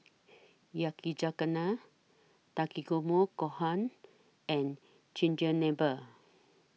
Yakizakana Takikomi Gohan and Chigenabe